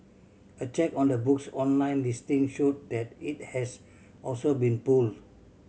a check on the book's online listing showed that it has also been pulled